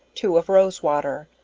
two of rose-water,